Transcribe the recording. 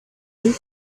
you